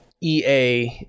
EA